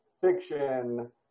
fiction